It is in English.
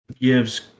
gives